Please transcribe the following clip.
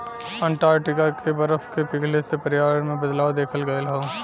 Antarctica के बरफ के पिघले से पर्यावरण में बदलाव देखल गयल हौ